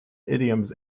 idioms